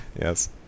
Yes